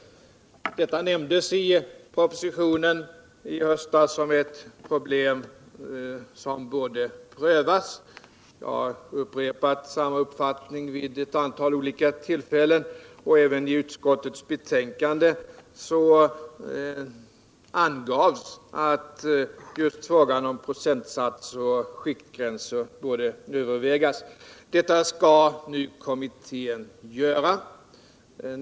Detta nämndes i propositionen i höstas som ett problem som borde prövas. Jag har upprepat samma uppfattning vid ett antal olika tillfällen, och även i utskottets betänkande i ärendet angavs att frågan om procentsatser och skiktgränser borde övervägas. Detta skall nu kommittén göra.